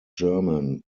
german